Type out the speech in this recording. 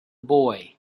boy